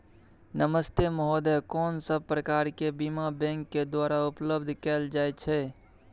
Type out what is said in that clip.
नमस्ते महोदय, कोन सब प्रकार के बीमा बैंक के द्वारा उपलब्ध कैल जाए छै?